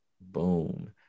Boom